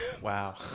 Wow